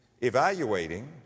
evaluating